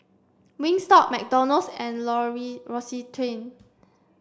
Wingstop McDonald's and L'Occitane